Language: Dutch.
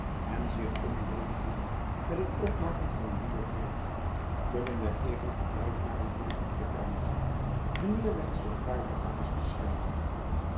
en zich onledig hield met het opmaken van een nieuwe paruik kunnen wy even gebruik maken van uw achterkamertjen mijn heer wenschte een paar lettertjens te schrijven